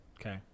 Okay